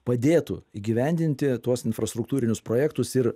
padėtų įgyvendinti tuos infrastruktūrinius projektus ir